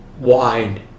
wide